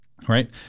right